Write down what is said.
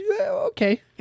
okay